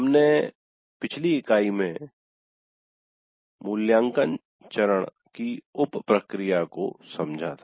हमने पिछली इकाई में मूल्यांकन चरण की उप प्रक्रिया को समझा था